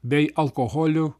bei alkoholiu